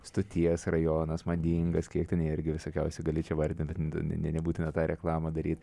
stoties rajonas madingas kiek ten irgi visokiausių gali čia vardint nebūtina tą reklamą daryt